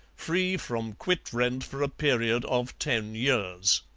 free from quit-rent for a period of ten years.